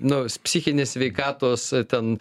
nu psichinės sveikatos ten